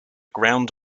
ground